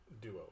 Duo